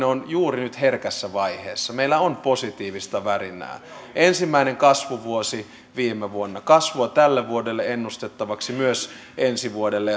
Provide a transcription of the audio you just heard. on juuri nyt herkässä vaiheessa meillä on positiivista värinää ensimmäinen kasvuvuosi viime vuonna kasvua tälle vuodelle ennustettavaksi myös ensi vuodelle